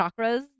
chakras